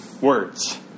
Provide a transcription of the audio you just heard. words